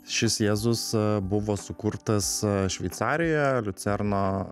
šis jėzus buvo sukurtas šveicarijoje liucerno